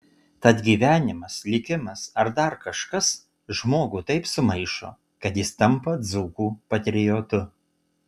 tad gyvenimas likimas ar dar kažkas žmogų taip sumaišo kad jis tampa dzūkų patriotu